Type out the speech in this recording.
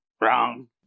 Wrong